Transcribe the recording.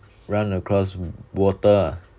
run across water ah